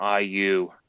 IU